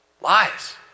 Lies